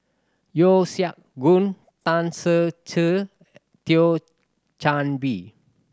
Yeo Siak Goon Tan Ser Cher Thio Chan Bee